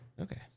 Okay